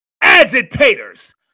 agitators